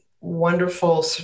wonderful